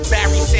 Barry